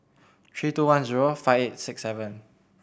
three two one zero five eight six seven